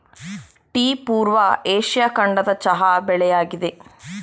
tea ಪೂರ್ವ Asia ಖಂಡದ ಚಹಾ ಬೆಳೆಯಾಗಿದೆ